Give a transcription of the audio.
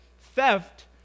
theft